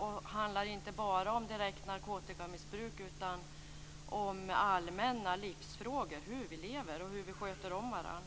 De handlar inte bara om direkt narkotikamissbruk, utan om allmänna livsfrågor, hur vi lever och hur vi sköter om varandra.